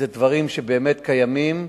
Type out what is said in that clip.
איזה דברים שבאמת קיימים,